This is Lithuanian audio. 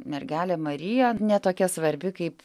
mergelė marija ne tokia svarbi kaip